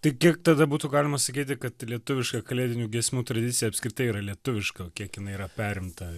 tai kiek tada būtų galima sakyti kad lietuviška kalėdinių giesmių tradicija apskritai yra lietuviška o kiek jinai yra perimta